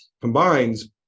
combines